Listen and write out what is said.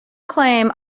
claim